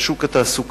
של שוק התעסוקה,